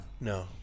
No